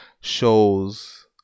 shows